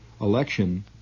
election